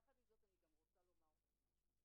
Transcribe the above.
י"ח בכסלו תשע"ט,